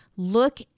look